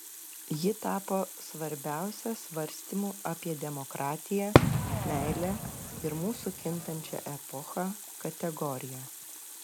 ji tapo svarbiausia svarstymų apie demokratiją meilę ir mūsų kintančią epochą kategorija